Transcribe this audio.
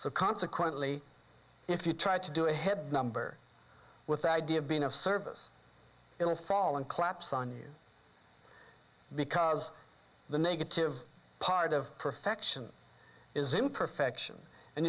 so consequently if you try to do a head number with the idea of being of service it will fall and collapse on you because the negative part of perfection is imperfection and